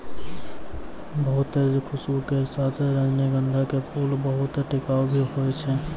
बहुत तेज खूशबू के साथॅ रजनीगंधा के फूल बहुत टिकाऊ भी हौय छै